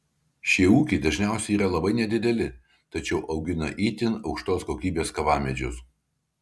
šie ūkiai dažniausiai yra labai nedideli tačiau augina itin aukštos kokybės kavamedžius